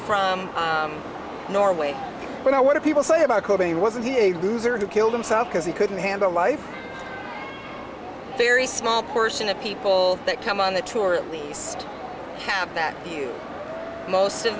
from norway and i want to people say about kobe wasn't he a loser who killed himself because he couldn't handle life very small portion of people that come on the tour at least have that you most of